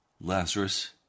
Lazarus